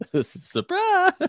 Surprise